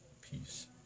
peace